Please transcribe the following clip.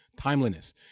Timeliness